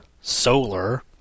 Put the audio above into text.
Solar